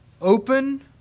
open